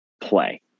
play